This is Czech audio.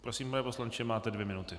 Prosím, pane poslanče, máte dvě minuty.